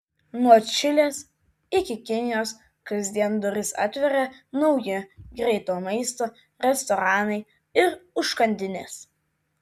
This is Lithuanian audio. nuo čilės iki kinijos kasdien duris atveria nauji greito maisto restoranai ir užkandinės